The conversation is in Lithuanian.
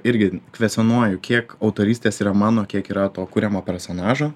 irgi kvestionuoju kiek autorystės yra mano kiek yra to kuriamo personažo